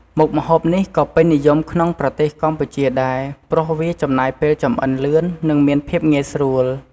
មុខម្ហូបនេះក៏ពេញនិយមក្នុងប្រទេសកម្ពុជាដែរ ព្រោះវាចំណាយពេលចម្អិនលឿននិងមានភាពងាយស្រួល។